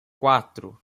quatro